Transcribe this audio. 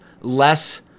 less